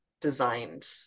designed